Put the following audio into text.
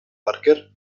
parker